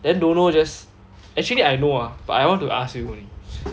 then don't know just actually I know ah but I want to ask you only